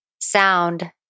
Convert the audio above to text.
sound